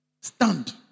stand